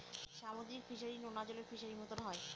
সামুদ্রিক ফিসারী, নোনা জলের ফিসারির মতো হয়